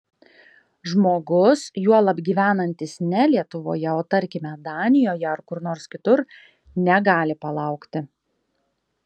žmogus juolab gyvenantis ne lietuvoje o tarkime danijoje ar kur nors kitur negali palaukti